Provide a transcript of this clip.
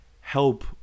Help